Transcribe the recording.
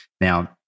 Now